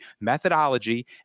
methodology